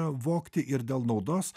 vogti ir dėl naudos